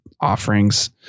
offerings